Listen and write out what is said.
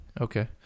Okay